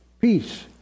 peace